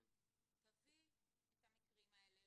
תביא את המקרים האלה,